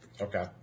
Okay